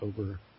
over